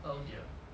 oh dear